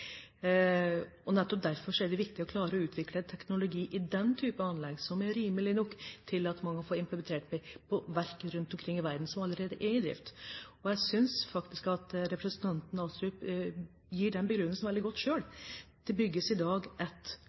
og nettopp derfor er det viktig å klare å utvikle teknologi i den type anlegg som er rimelig nok til at man kan få implementert den på verk rundt omkring i verden som allerede er i drift. Jeg synes faktisk at representanten Astrup gir den begrunnelsen veldig godt selv. Det bygges i dag ett